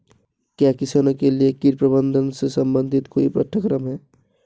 क्या किसानों के लिए कीट प्रबंधन से संबंधित कोई पाठ्यक्रम है?